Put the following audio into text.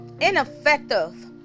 Ineffective